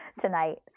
tonight